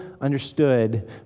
understood